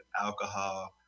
alcohol